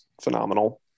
phenomenal